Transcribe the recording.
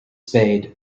spade